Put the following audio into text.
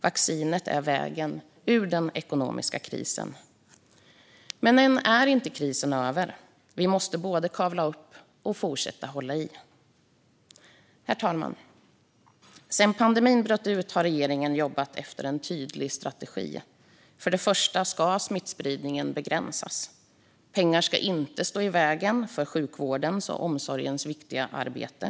Vaccinet är vägen ut ur den ekonomiska krisen. Men än är inte krisen över. Vi måste både kavla upp och fortsätta hålla i. Herr talman! Sedan pandemin bröt ut har regeringen jobbat efter en tydlig strategi. Först och främst ska smittspridningen begränsas. Pengar ska inte stå i vägen för sjukvårdens och omsorgens viktiga arbete.